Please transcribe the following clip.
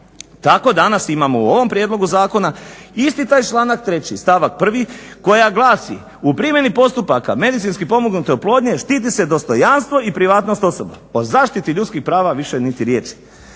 Tako danas imamo u ovom prijedlogu zakona isti taj članak 3. stavak 1. koji glasi: u primjeni postupaka medicinski pomognute oplodnje štiti se dostojanstvo i privatnost osoba". O zaštiti ljudskih prava više niti riječi.